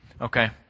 Okay